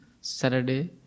Saturday